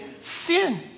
sin